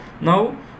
now